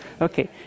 Okay